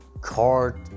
Card